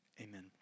Amen